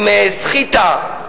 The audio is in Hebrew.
עם סחיטה,